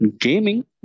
gaming